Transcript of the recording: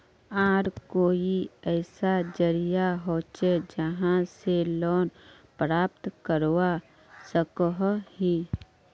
आर कोई ऐसा जरिया होचे जहा से लोन प्राप्त करवा सकोहो ही?